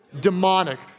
demonic